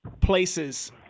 places